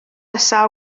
nesa